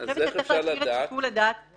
אני חושבת שצריך להשאיר את שיקול הדעת